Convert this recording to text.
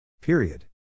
Period